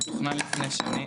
היא תוכננה לפני שנים